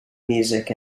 music